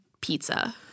pizza